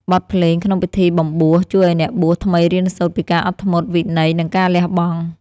បទភ្លេងក្នុងពិធីបំបួស ជួយឱ្យអ្នកបួសថ្មីរៀនសូត្រពីការអត់ធ្មត់ វិន័យ និងការលះបង់។